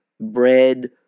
bread